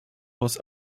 was